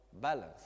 balance